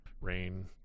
rain